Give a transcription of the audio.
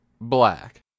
Black